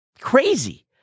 crazy